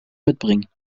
mitbringen